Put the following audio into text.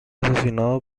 asesinado